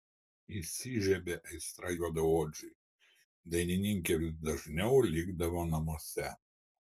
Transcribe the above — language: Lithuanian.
įsižiebė aistra juodaodžiui dainininkė vis dažniau likdavo namuose